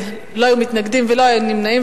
אין מתנגדים, אין נמנעים.